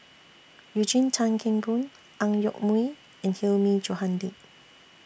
Eugene Tan Kheng Boon Ang Yoke Mooi and Hilmi Johandi